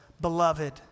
Beloved